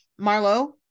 Marlo